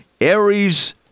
Aries